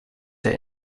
der